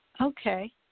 Okay